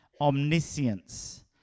Omniscience